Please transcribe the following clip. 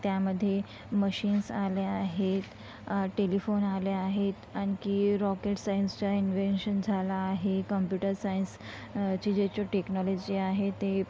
त्यामध्ये मशीन्स आल्या आहेत टेलिफोन आले आहेत आणखी रॉकेट सयन्सचा इन्वेन्शन झाला आहे कंप्युटर सयन्स चे जे चो टेक्नॉलॉजी आहे ते